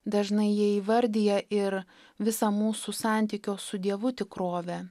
dažnai jie įvardija ir visą mūsų santykio su dievu tikrovę